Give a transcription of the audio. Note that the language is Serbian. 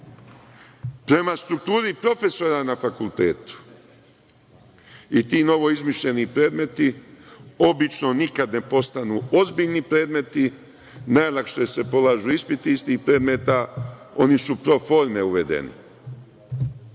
prema strukturi profesora na fakultetu i ti novo izmišljeni predmeti obično nikada ne postanu ozbiljni predmeti, najlakše se polažu ispiti iz tih predmeta, oni su proforme uvedeni,